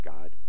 God